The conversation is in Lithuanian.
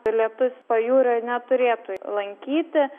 lietus pajūrio neturėtų lankyti